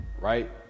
right